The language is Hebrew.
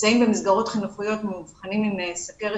במסגרות חינוכית ומאובחנים עם סוכרת